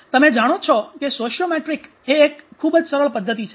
તમે જાણો જ છો કે સોશિઓમેટ્રિક એ એક ખૂબ જ સરળ પદ્ધતિ છે